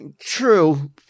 True